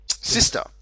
sister